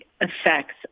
effects